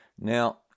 Now